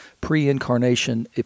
pre-incarnation